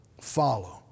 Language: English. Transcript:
follow